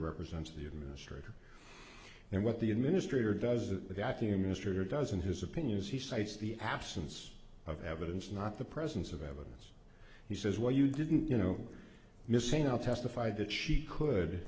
represented the administrator and what the administrator does the vacuum minister doesn't his opinions he cites the absence of evidence not the presence of evidence he says well you didn't you know missing out testified that she could